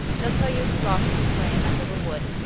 they'll tell you he lost his way in that little wood,